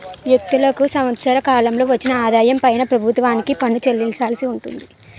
వ్యక్తులకు సంవత్సర కాలంలో వచ్చిన ఆదాయం పైన ప్రభుత్వానికి పన్ను చెల్లించాల్సి ఉంటుంది